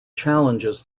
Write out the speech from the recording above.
challenges